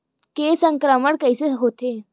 के संक्रमण कइसे होथे?